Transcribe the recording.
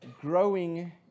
growing